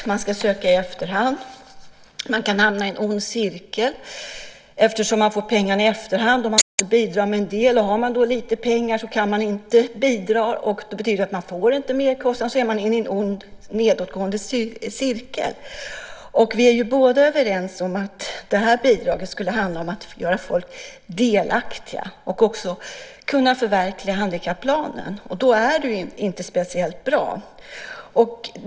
Bidraget ska sökas i efterhand. De kan hamna i en ond cirkel eftersom de får pengarna i efterhand och själva får bidra med en del. Har de då lite pengar kan de inte bidra. Det betyder att de inte får något merkostnadsbidrag. Då är de inne i en ond nedåtgående spiral. Vi är båda överens om att det här bidraget skulle göra folk delaktiga och skulle också kunna förverkliga handikapplanen. Därför är det inte speciellt bra.